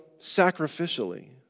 sacrificially